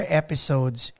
episodes